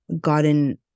gotten